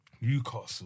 Newcastle